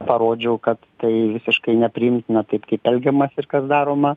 parodžiau kad tai visiškai nepriimtina taip kaip elgiamasi ir kas daroma